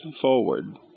forward